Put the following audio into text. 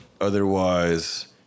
otherwise